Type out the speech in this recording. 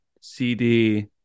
CD